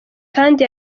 kandi